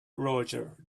roger